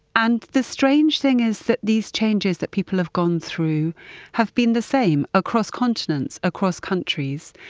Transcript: and the strange thing is that these changes that people have gone through have been the same across continents, across countries.